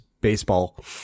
baseball